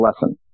lesson